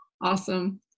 Awesome